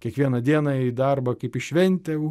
kiekvieną dieną į darbą kaip į šventę